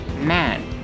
man